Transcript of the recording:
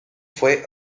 fue